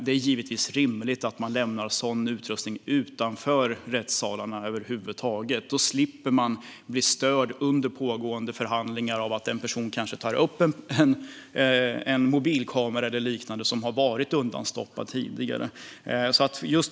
Det är rimligt att sådan utrustning lämnas utanför rättssalarna över huvud taget. Då slipper man bli störd under pågående förhandlingar av att en person kanske tar upp en mobilkamera eller liknande som tidigare har varit undanstoppad.